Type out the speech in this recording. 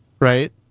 Right